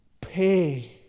pay